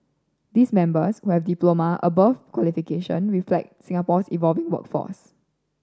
these members who have diploma above qualification reflect Singapore's evolving workforce